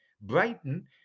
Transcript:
Brighton